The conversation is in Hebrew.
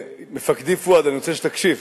מפקדי פואד, אני רוצה שתקשיב,